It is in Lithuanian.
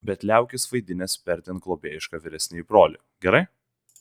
bet liaukis vaidinęs perdėm globėjišką vyresnį brolį gerai